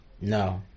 No